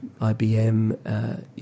IBM